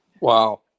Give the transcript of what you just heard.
Wow